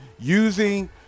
using